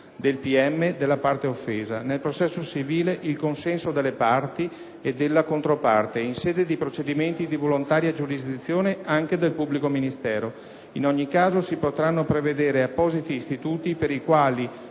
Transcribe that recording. e della parte offesa, nel processo civile il consenso delle parti e della controparte, e in sede di procedimenti di volontaria giurisdizione, anche del pubblico ministero. In ogni caso, si potranno prevedere appositi istituti per i quali